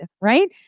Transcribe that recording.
right